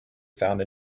found